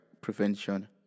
Prevention